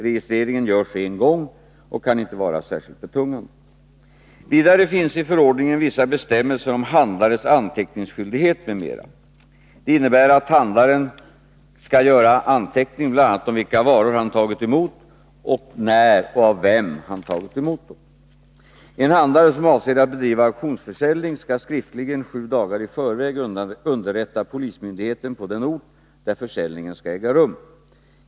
Registreringen görs en gång och kan inte vara särskilt betungande. Vidare finns i förordningen vissa bestämmelser om handlares anteckningsskyldighet m.m. De innebär att handlaren skall göra anteckning bl.a. om vilka varor han tagit emot och när och av vem han tagit emot dem. En handlare som avser att bedriva auktionsförsäljning skall skriftligen sju dagar i förväg underrätta polismyndigheten på den ort där försäljningen skall äga rum.